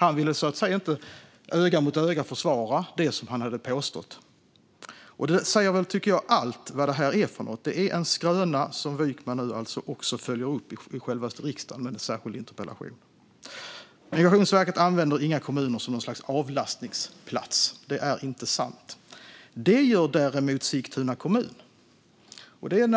Han ville inte öga mot öga försvara det som han hade påstått. Det tycker jag säger allt om vad det här är för någonting - det är en skröna som Wykman nu alltså följer upp i självaste riksdagen i en särskild interpellation. Det är inte sant att Migrationsverket använder några kommuner som något slags avlastningsplatser. Det gör däremot Sigtuna kommun, och det är